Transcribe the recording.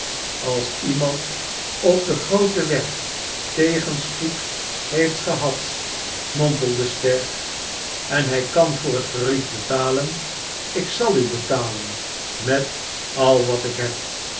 als iemand op den grooten weg tegenspoed heeft gehad mompelde stagg en hij kan voor het gerief betalen ik zal u betalen met al wat ik heb